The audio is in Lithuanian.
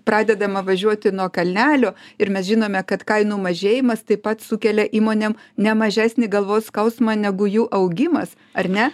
pradedama važiuoti nuo kalnelio ir mes žinome kad kainų mažėjimas taip pat sukelia įmonėm ne mažesnį galvos skausmą negu jų augimas ar ne